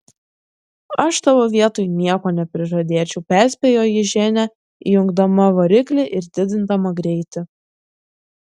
aš tavo vietoj nieko neprižadėčiau perspėjo jį ženia įjungdama variklį ir didindama greitį